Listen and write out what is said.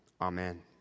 Amen